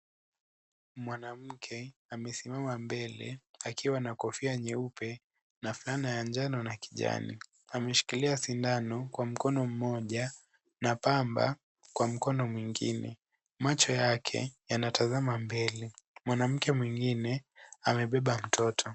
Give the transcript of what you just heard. Mwanamke amesimama mbele akiwa na kofia nyeupe na fulana ya njano na kijani. Ameshikilia sindano kwa mkono mmoja na pamba kwa mkono mwingine. Macho yake yanatazma mbele, mwanamke mwingine amebeba mtoto.